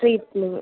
straightening